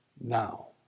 now